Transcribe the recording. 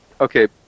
Okay